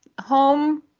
home